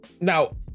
Now